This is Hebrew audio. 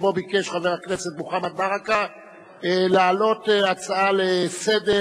שבה ביקש חבר הכנסת מוחמד ברכה להעלות הצעה לסדר,